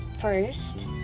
first